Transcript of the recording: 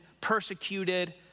persecuted